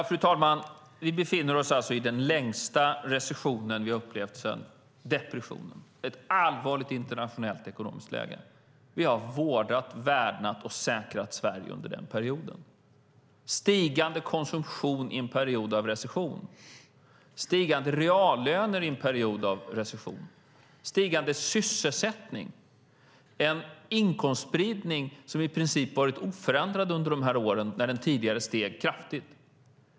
Fru talman! Vi befinner oss i den längsta recessionen som vi har upplevt sedan depressionen. Det är ett allvarligt internationellt ekonomiskt läge. Vi har vårdat, värnat och säkrat Sverige under den perioden. Vi har haft stigande konsumtion i en period av recession. Vi har haft stigande reallöner i en period av recession. Vi har haft stigande sysselsättning och en inkomstspridning som i princip har varit oförändrad under de här åren, när den tidigare steg kraftigt.